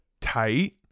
Tight